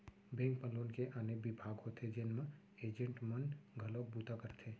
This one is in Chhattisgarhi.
बेंक म लोन के आने बिभाग होथे जेन म एजेंट मन घलोक बूता करथे